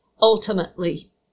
ultimately